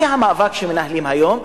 מהמאבק שמנהלים היום,